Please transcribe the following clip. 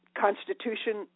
Constitution